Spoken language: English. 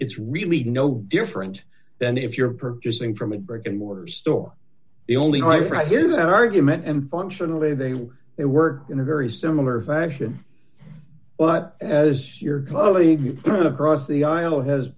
it's really no different than if you're purchasing from a brick and mortar store the only reference is that argument and functionally they were they were in a very similar fashion but as your colleague across the aisle has